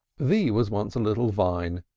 v was once a little vine,